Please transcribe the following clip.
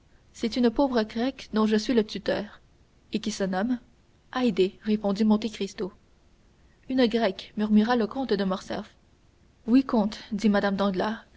c'est une pauvre grecque dont je suis le tuteur et qui se nomme haydée répondit monte cristo une grecque murmura le comte de morcerf oui comte dit mme